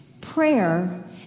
Prayer